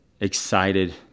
excited